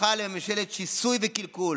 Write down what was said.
הפכה לממשלת שיסוי וקלקול.